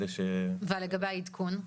ולגבי מדדי העדכון?